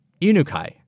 Inukai